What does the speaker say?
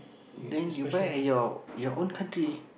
then you buy at your own country